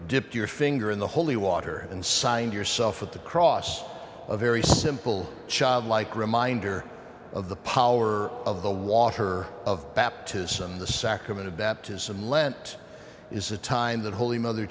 dip your finger in the holy water and signed yourself at the cross a very simple childlike reminder of the power of the water of baptism the sacrament of baptism lent is a time that holy mother